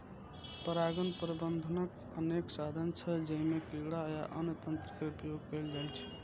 परागण प्रबंधनक अनेक साधन छै, जइमे कीड़ा आ अन्य तंत्र के उपयोग कैल जाइ छै